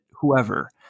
whoever